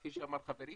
כפי שאמר חברי,